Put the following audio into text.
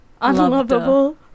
Unlovable